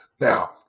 Now